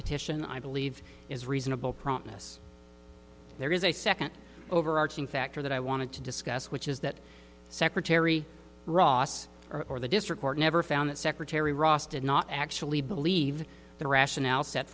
petition i believe is reasonable promptness there is a second overarching factor that i wanted to discuss which is that secretary ross or the district court never found that secretary ross did not actually believe the rationale set